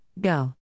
Go